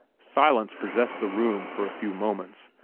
silence possessed the room for a few moments,